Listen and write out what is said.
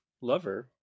lover